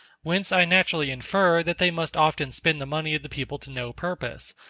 whence i naturally infer that they must often spend the money of the people to no purpose,